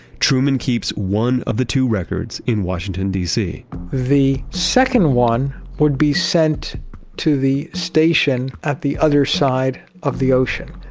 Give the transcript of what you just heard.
truman keeps one of the two records in washington, dc the second one would be sent to the station at the other side of the ocean,